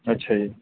ਅੱਛਾ ਜੀ